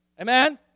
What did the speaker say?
Amen